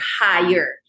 higher